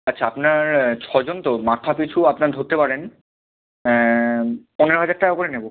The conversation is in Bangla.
আচ্ছা আপনার ছজন তো মাথাপিছু আপনার ধরতে পারেন পনেরো হাজার টাকা করে নেব